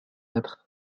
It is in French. être